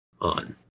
on